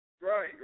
Right